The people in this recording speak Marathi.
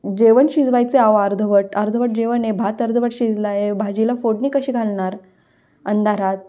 जेवण शिजवायचं आहे अर्धवट अर्धवट जेवण आहे भात अर्धवट शिजला आहे भाजीला फोडणी कशी घालणार अंधारात